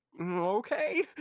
okay